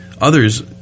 others